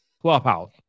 Clubhouse